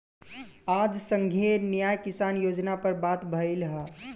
आज संघीय न्याय किसान योजना पर बात भईल ह